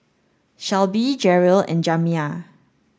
Shelbie Jerrell and Jamiya